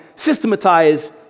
systematize